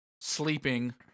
sleeping